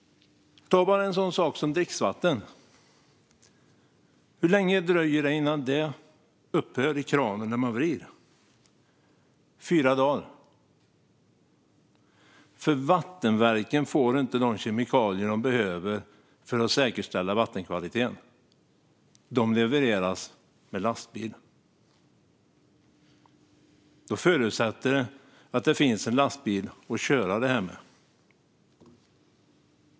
Ta bara en sådan sak som dricksvatten. Hur länge dröjer det innan det upphör att komma när man vrider på kranen? Fyra dagar. Vattenverken får nämligen inte de kemikalier de behöver för att säkerställa vattenkvaliteten. Dessa levereras med lastbil, och det förutsätter att det finns en lastbil att köra med.